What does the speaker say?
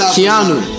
Keanu